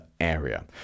area